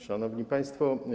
Szanowni Państwo!